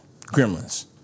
Gremlins